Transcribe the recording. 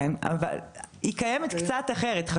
כן, אבל היא קיימת קצת אחרת.